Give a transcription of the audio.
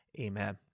amen